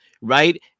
Right